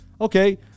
Okay